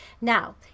Now